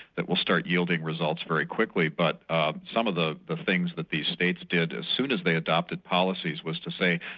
will start yielding results very quickly, but ah some of the the things that the states did, as soon as they adopted policies, was to say,